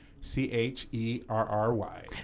C-H-E-R-R-Y